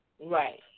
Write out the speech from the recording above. Right